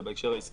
זה בהקשר העסקי